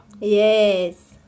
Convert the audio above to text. Yes